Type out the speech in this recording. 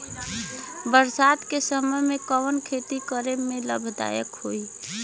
बरसात के मौसम में कवन खेती करे में लाभदायक होयी?